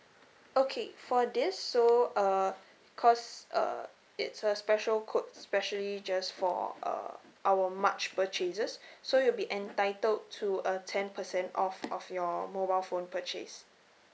okay for this so uh cause uh it's a special code specially just for uh our march purchases so you'll be entitled to a ten percent off of your mobile phone purchase